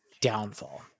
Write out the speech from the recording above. downfall